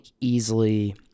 easily